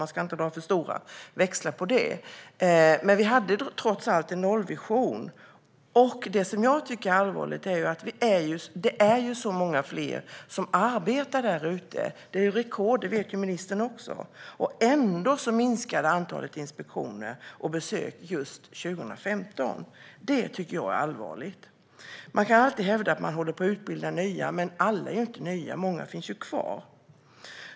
Man ska inte dra för stora växlar på det, men vi hade trots allt en nollvision. Det som jag tycker är allvarligt är att det är många fler som arbetar - det är rekord, och det vet ministern också - och ändå minskade antalet inspektioner och besök just 2015. Det tycker jag är allvarligt. Man kan alltid hävda att man håller på att utbilda nya, men alla är inte nya. Många finns kvar.